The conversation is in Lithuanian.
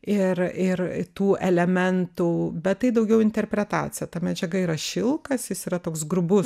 ir ir tų elementų bet tai daugiau interpretacija ta medžiaga yra šilkas jis yra toks grubus